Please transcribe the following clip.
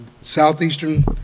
southeastern